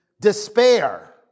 Despair